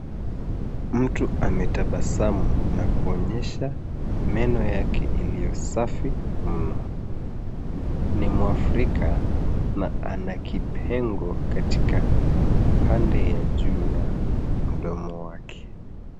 Mtu ametabasamu na kuonyesha meno yake iliyo safi mno. Ni mafrika na ana kipengo katika pande ya juu ya mdomo wake.